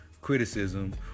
criticism